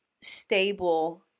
stable